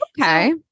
Okay